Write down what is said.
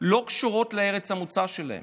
לא קשורות לארץ המוצא שלהם.